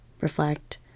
reflect